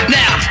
now